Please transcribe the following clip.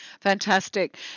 Fantastic